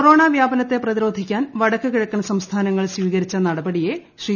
corona വ്യാപനത്തെ പ്രതിരോധിക്കാൻ വടക്ക് കിഴക്കൻ സംസ്ഥാനങ്ങൾ സ്വീകരിച്ച നടപടിയെ ശ്രീ